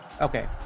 Okay